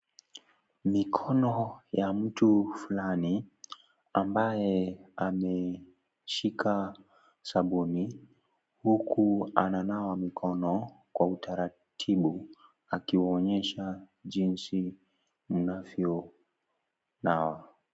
Mikono ya mtu fulani, ambaye ameshika sabuni, huku ananawa mikoni kwa utaratibu akiwaonyesha jinsi unavyo nawa.